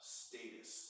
status